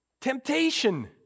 Temptation